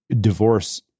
divorce